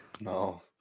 No